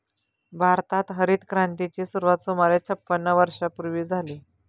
भारतात हरितक्रांतीची सुरुवात सुमारे छपन्न वर्षांपूर्वी झाली